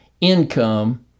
income